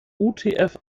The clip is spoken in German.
utf